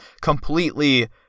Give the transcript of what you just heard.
completely